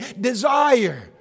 desire